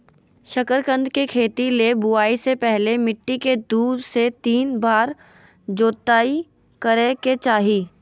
शकरकंद के खेती ले बुआई से पहले मिट्टी के दू से तीन बार जोताई करय के चाही